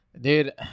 dude